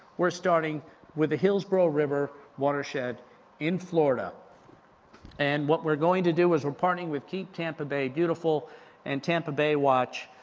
we're starting with the hillsborough river watershed in florida and what we're going to do is we're partnering with keep tampa bay beautiful and tampa bay watch,